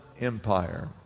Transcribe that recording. Empire